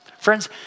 Friends